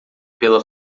pela